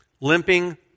limping